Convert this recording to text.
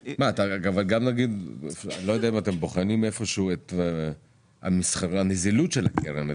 אני לא יודע אם אתם בוחנים איפה שהוא את הנזילות של הקרן,